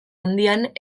handian